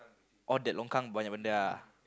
on that longkang banyak benda ah